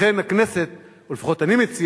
לכן הכנסת, או לפחות אני מציע,